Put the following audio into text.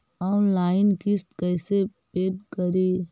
Online किस्त कैसे paid करि?